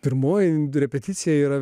pirmoji repeticija yra